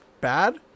bad